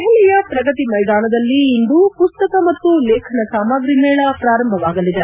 ದೆಹಲಿಯ ಪ್ರಗತಿ ಮೈದಾನದಲ್ಲಿಂದು ಮಸ್ತಕ ಮತ್ತು ಲೇಖನ ಸಾಮಗ್ರಿ ಮೇಳ ಪ್ರಾರಂಭವಾಗಲಿದೆ